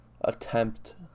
attempt